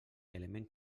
element